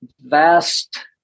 vast